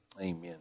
Amen